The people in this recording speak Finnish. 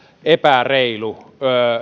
epäreilu